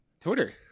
Twitter